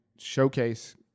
showcase